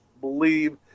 believe